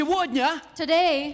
Today